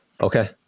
Okay